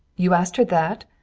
you asked her that?